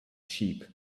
sheep